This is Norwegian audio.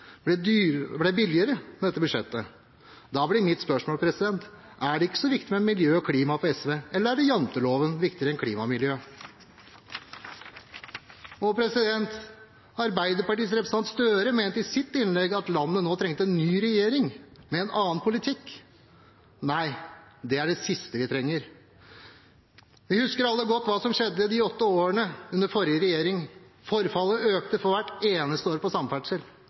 blir mitt spørsmål: Er det ikke så viktig med miljø og klima for SV, eller er janteloven viktigere enn klima og miljø? Arbeiderpartiets representant Gahr Støre mente i sitt innlegg at landet nå trenger en ny regjering med en annen politikk. Nei, det er det siste vi trenger. Vi husker alle godt hva som skjedde de åtte årene under forrige regjering: Forfallet økte hvert eneste år på samferdsel,